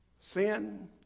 Sin